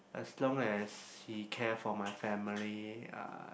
as long as he care for my family uh